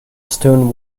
stone